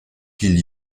qu’il